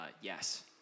yes